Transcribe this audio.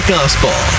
Gospel